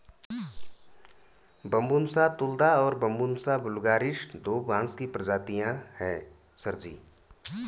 Bambusa tulda और Bambusa vulgaris दो बांस की प्रजातियां हैं सर जी